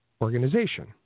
organization